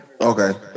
Okay